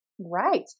Right